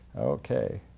Okay